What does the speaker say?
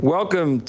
Welcome